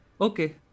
Okay